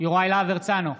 יוראי להב הרצנו,